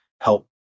help